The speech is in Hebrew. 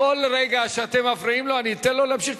כל רגע שאתם מפריעים לו אני אתן לו להמשיך,